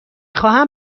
خواهم